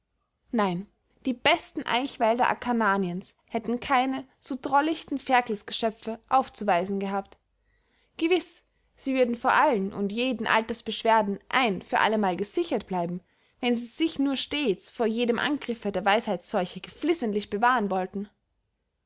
nein die besten eichwälder akarnaniens hätten keine so drolichten ferkelsgeschöpfe aufzuweisen gehabt gewiß sie würden vor allen und jeden altersbeschwerden ein für allemal gesichert bleiben wenn sie sich nur stets vor jedem angriffe der weisheitsseuche geflissentlich bewahren wollten